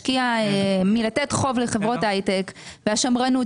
שנמנעים מלתת חוב לחברות הייטק והשמרנות